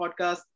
podcast